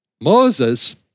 Moses